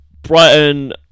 Brighton